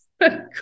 Good